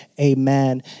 Amen